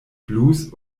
blues